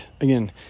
Again